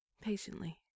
patiently